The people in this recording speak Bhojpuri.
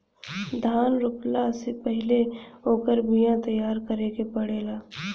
धान रोपला से पहिले ओकर बिया तैयार करे के पड़ेला